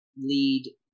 lead